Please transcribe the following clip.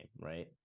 Right